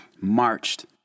marched